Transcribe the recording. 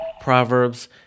proverbs